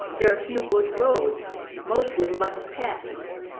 there are few good roads, mostly mudded paths.